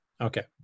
Okay